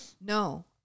no